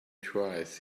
twice